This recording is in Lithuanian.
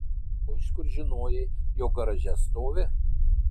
o iš kur žinojai jog garaže stovi